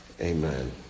amen